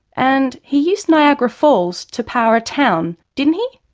and he used niagara falls to power a town. didn't he?